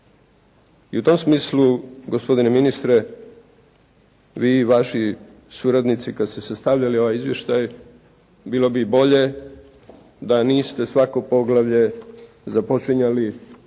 I u tom smislu gospodine ministre vi i vaši suradnici kad ste sastavljali ovaj izvještaj bilo bi bolje da niste svako poglavlje započinjali